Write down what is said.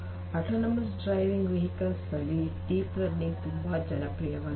autonomous driving vehicles ಗಳಲ್ಲಿ deep learning ತುಂಬಾ ಜನಪ್ರಿಯವಾಗಿದೆ